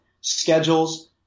schedules